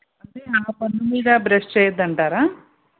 అంటే ఆ పన్ను మీద బ్రష్ చేయవద్దు అంటారా